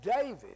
David